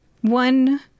one